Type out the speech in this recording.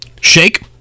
Shake